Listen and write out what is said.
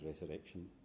resurrection